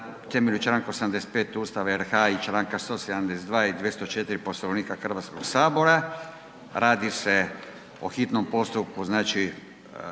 temelju Članka 85. Ustava RH i Članka 172. i 204. Poslovnika Hrvatskog sabora, radi se o hitnom postupku znači